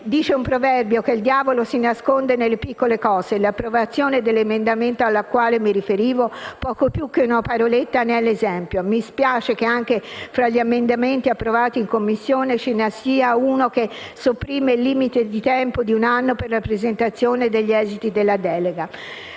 Dice un proverbio che il diavolo si nasconde nelle piccole cose e l'approvazione dell'emendamento al quale mi riferivo: poco più che "una paroletta" ne è l'esempio. Mi spiace anche che tra gli emendamenti approvati in Commissione ce ne sia uno che sopprime il limite di tempo di un anno per la presentazione degli esiti della delega.